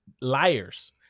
liars